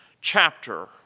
chapter